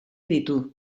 ditu